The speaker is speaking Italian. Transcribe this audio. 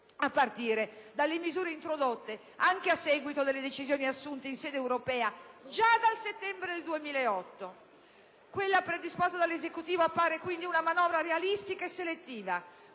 a partire dalle misure introdotte anche a seguito delle decisioni assunte in sede europea già dal settembre 2008. Quella predisposta dall'Esecutivo appare quindi una manovra realistica e selettiva,